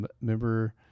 Remember